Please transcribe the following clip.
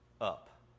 up